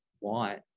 want